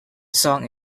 song